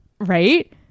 right